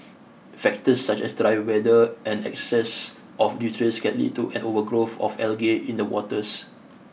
factors such as dry weather and excess of nutrients can lead to an overgrowth of algae in the waters